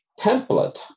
template